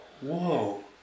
whoa